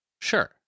Sure